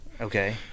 Okay